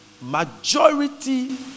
majority